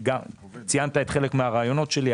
ציינת חלק מהרעיונות שלי,